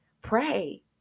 Pray